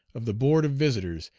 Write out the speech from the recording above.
of the board of visitors,